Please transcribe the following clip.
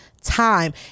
time